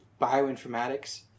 bioinformatics